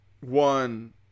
one